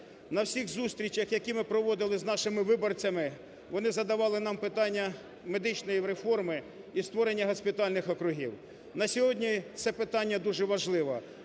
На всіх зустрічах, які ми проводили з нашими виборцями вони задавали нам питання медичної реформи і створення госпітальних округів. На сьогодні це питання дуже важливе,